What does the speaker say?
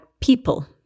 people